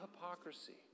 hypocrisy